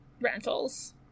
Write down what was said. rentals